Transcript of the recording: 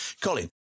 Colin